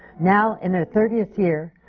now in their thirtieth year,